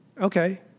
Okay